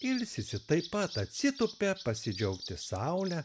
ilsisi taip pat atsitūpia pasidžiaugti saule